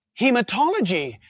hematology